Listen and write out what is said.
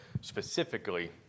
specifically